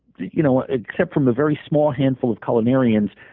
you know ah except from the very small handful of culinarians,